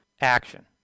action